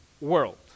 world